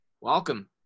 welcome